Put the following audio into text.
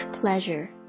pleasure